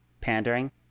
Pandering